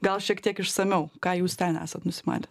gal šiek tiek išsamiau ką jūs ten esat nusimatę